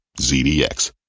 ZDX